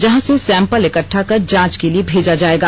जहां से सैम्पल इकट्ठा कर जांच के लिए भेजा जायेगा